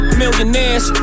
millionaires